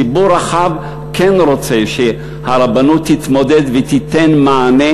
ציבור רחב כן רוצה שהרבנות תתמודד ותיתן מענה